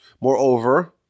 Moreover